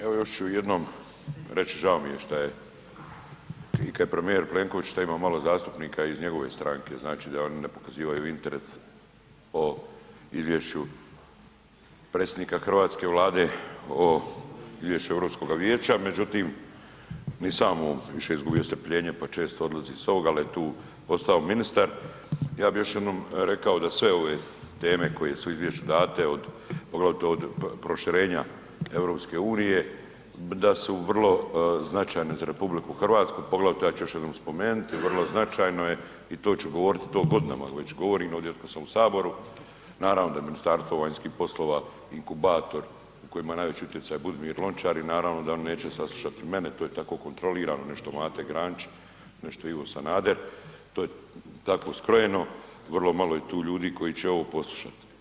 Evo još ću jednom reći, žao mi je što je i .../nerazumljivo/... premijer Plenković što ima malo zastupnika iz njegove stranke, znači da oni ne pokazivaju interes o izvješću predsjednika hrvatske Vlade o izvješću Europskoga vijeća, međutim, ni sam on više izgubio strpljenje pa često odlazi sa ovoga, ali je tu ostao ministar, ja bih još jednom rekao da sve ove teme koje su u izvješću date, od, poglavito od proširenja EU-e, da su vrlo značajne za RH, poglavito, ja ću još jednom spomenuti, vrlo značajno je i to ću govorit, to godinama već govorim ovdje u HS-u, naravno da Ministarstvo vanjskih poslova inkubator koji ima najveći utjecaj Budimir Lončar i naravno da oni neće saslušati mene, to je tako kontrolirano, nešto Mate Granić, nešto Ivo Sanader, to je tako skrojeno, vrlo malo je tu ljudi koji će ovo poslušati.